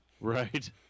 Right